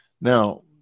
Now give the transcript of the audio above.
Now